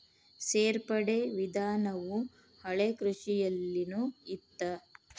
ಸೇರ್ಪಡೆ ವಿಧಾನವು ಹಳೆಕೃಷಿಯಲ್ಲಿನು ಇತ್ತ